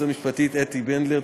אתי בנדלר.